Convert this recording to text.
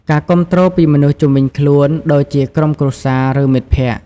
ការគាំទ្រពីមនុស្សជុំវិញខ្លួន ដូចជាក្រុមគ្រួសារ ឬមិត្តភក្តិ។